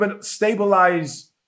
stabilize